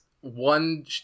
one